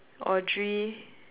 Audrey